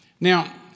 Now